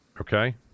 Okay